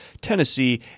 Tennessee